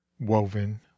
woven